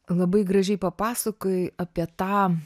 labai gražiai papasakojai apie tą